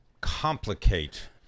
complicate